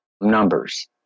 numbers